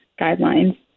guidelines